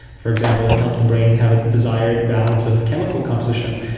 for example, and help the brain have a desired balance of chemical composition,